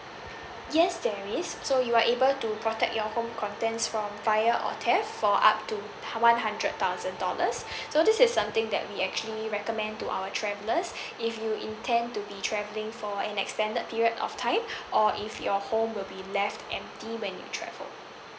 yes there is so you are able to protect your home contents from fire or theft for up to one hundred thousand dollars so this is something that we actually recommend to our travellers if you intend to be travelling for an extended period of time or if your home will be left empty when you travel